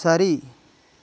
சரி